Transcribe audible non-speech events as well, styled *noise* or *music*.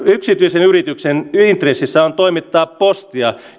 *unintelligible* yksityisen yrityksen intressissä on toimittaa postia